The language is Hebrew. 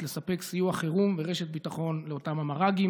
לספק סיוע חירום ורשת ביטחון למר"גים,